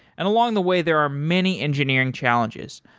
and along the way, there are many engineering challenges.